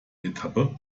etappe